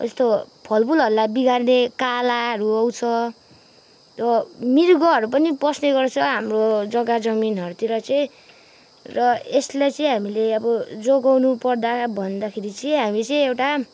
यस्तो फल फुलहरूलाई बिगार्ने कालाहरू आउँछ मृगहरू पनि पस्ने गर्छ हाम्रो जग्गा जमिनहरूतिर चाहिँ र यसलाई चाहिँ हामीले अब जोगाउनु पर्दा भन्दाखेरि चाहिँ हामी चाहिँ एउटा